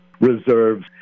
reserves